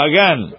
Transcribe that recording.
Again